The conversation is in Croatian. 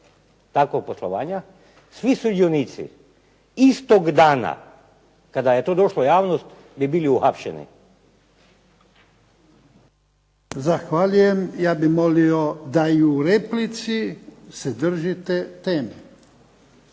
takvog poslovanja svi sudionici istog dana kada je to došlo u javnost bi bili uhapšeni. **Jarnjak, Ivan (HDZ)** Zahvaljujem. Ja bih molio da i u replici se držite teme,